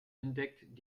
entdeckt